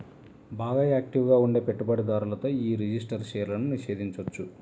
బాగా యాక్టివ్ గా ఉండే పెట్టుబడిదారులతో యీ రిజిస్టర్డ్ షేర్లను నిషేధించొచ్చు